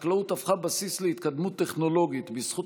החקלאות הפכה בסיס להתקדמות טכנולוגית בזכות